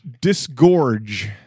disgorge